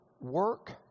Work